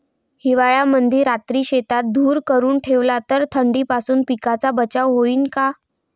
हिवाळ्यामंदी रात्री शेतात धुर करून ठेवला तर थंडीपासून पिकाचा बचाव होईन का?